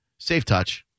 SafeTouch